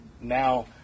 now